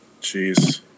Jeez